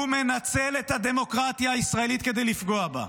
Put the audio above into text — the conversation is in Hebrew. הוא מנצל את הדמוקרטיה הישראלית כדי לפגוע בה.